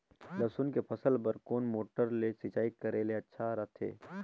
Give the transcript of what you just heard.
लसुन के फसल बार कोन मोटर ले सिंचाई करे ले अच्छा रथे?